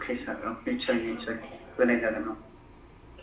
अके सार अके निस्सय निस्साय होनाय जागोन औ